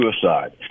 suicide